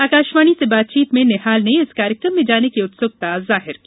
आकाशवाणी से बातचीत में निहाल ने इस कार्यक्रम में जाने की उत्सुकता जाहिर की